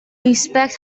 inspect